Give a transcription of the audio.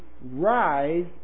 rise